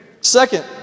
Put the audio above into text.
Second